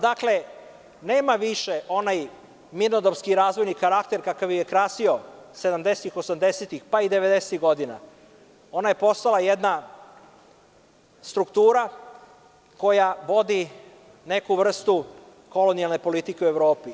Dakle, ona više nema onaj mirnodopski razvojni karakter, kakav je krasio 70-ih, 80-tih, pa i 90-ih godina, ona je postala jedna struktura koja vodi neku vrstu kolonijalne politike u Evropi.